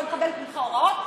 לא מקבלת ממך הוראות,